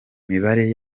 mibare